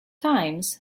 times